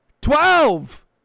twelve